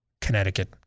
Connecticut